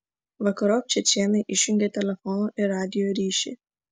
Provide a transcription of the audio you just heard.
vakarop čečėnai išjungė telefono ir radijo ryšį